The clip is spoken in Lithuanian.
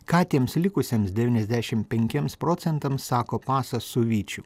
ką tiems likusiems devyniasdešim penkiems procentams sako pasas su vyčiu